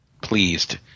pleased